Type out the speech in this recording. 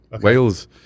Wales